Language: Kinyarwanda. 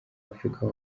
afurika